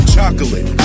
Chocolate